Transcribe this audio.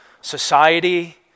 society